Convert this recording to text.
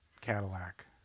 cadillac